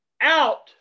out